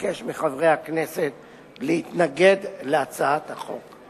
אבקש מחברי הכנסת להתנגד להצעת החוק.